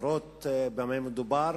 בפרוטרוט במה מדובר,